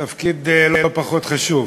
תפקיד לא פחות חשוב,